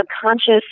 subconscious